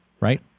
right